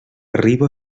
arriba